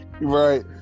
Right